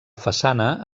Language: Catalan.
façana